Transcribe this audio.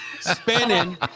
Spinning